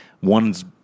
one's